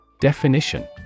Definition